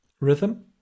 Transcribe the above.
Rhythm